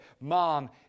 Mom